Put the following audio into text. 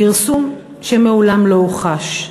פרסום שמעולם לא הוכחש.